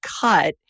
cut